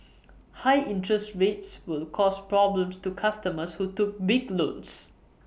high interest rates will cause problems to customers who took big loans